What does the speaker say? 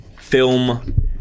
Film